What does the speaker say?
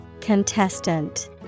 Contestant